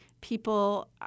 People